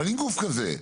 אבל אם גוף כזה,